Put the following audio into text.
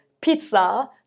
pizza